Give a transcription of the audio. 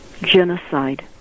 Genocide